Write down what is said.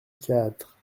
quatre